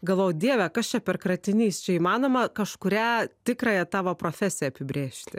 galvojau dieve kas čia per kratinys čia įmanoma kažkurią tikrąją tavo profesiją apibrėžti